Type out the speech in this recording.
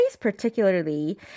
particularly